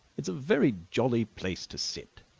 it's a very jolly place to sit.